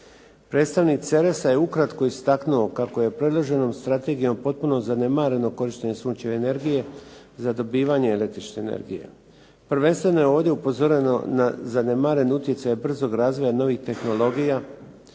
Predstavnik CERES-a je ukratko istaknuo kako je predloženom strategijom potpuno zanemareno korištenje sunčeve energije za dobivanje električne energije. Prvenstveno je ovdje upozoreno na zanemaren utjecaj brzog razvoja novih tehnologija,